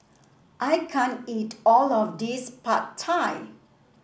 I can't eat all of this Pad Thai